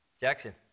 Jackson